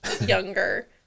younger